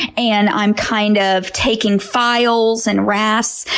and i'm kind of taking files, and rasps,